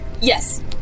yes